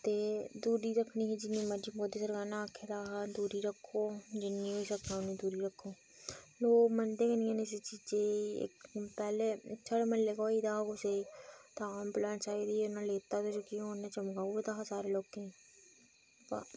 ते दूरी रक्खनी जिन्नी मर्ज़ी मोदी सरकार नै आखे दा हा दूरी रक्खो जिन्नी होई सकै उन्नी दूरी रक्खो लोक मन्नदे गै नी हैन इस चीजे ई इक पैह्लें साढ़ै म्हल्लै गै होई दा कुसेई तां एम्बुलेंस आई दी ही फ्ही उन्नै लेता चुक्कियै हून उ'नें चमकाउड़े दा हा सारें लोकें ई बा